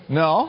no